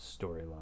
storyline